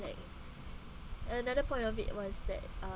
like another point of it was that uh